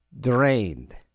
drained